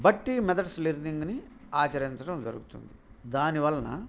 బట్టి మెథడ్స్ లెర్నింగ్ని ఆచరించడం జరుగుతుంది దాని వలన